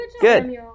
Good